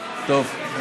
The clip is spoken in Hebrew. טוב,